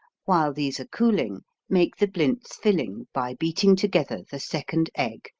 while these are cooling make the blintz-filling by beating together the second egg,